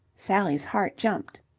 sally's heart jumped.